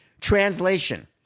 Translation